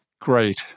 great